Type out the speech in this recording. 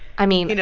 i mean. you know